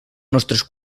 nostres